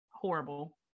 horrible